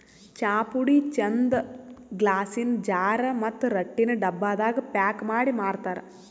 ಚಾಪುಡಿ ಚಂದ್ ಗ್ಲಾಸಿನ್ ಜಾರ್ ಮತ್ತ್ ರಟ್ಟಿನ್ ಡಬ್ಬಾದಾಗ್ ಪ್ಯಾಕ್ ಮಾಡಿ ಮಾರ್ತರ್